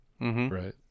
right